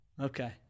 Okay